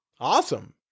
Awesome